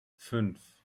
fünf